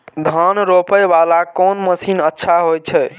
धान रोपे वाला कोन मशीन अच्छा होय छे?